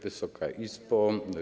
Wysoka Izbo!